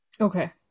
Okay